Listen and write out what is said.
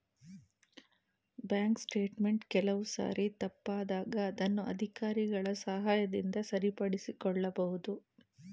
bank statement ಕೆಲವು ಸಾರಿ ತಪ್ಪಾದಾಗ ಅದನ್ನು ಅಧಿಕಾರಿಗಳ ಸಹಾಯದಿಂದ ಸರಿಪಡಿಸಿಕೊಳ್ಳಬಹುದು